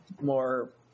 more